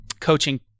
coaching